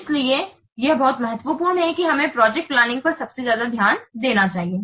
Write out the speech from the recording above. इसलिए यह बहुत महत्वपूर्ण है कि हमें प्रोजेक्ट प्लानिंग पर सबसे ज्यादा ध्यान देना चाहिए